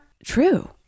true